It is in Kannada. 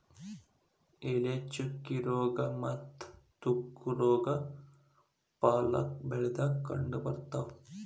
ಎಲೆ ಚುಕ್ಕಿ ರೋಗಾ ಮತ್ತ ತುಕ್ಕು ರೋಗಾ ಪಾಲಕ್ ಬೆಳಿದಾಗ ಕಂಡಬರ್ತಾವ